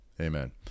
amen